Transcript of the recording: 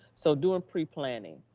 so doing pre-planning,